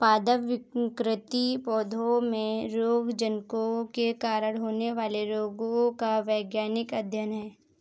पादप विकृति पौधों में रोगजनकों के कारण होने वाले रोगों का वैज्ञानिक अध्ययन है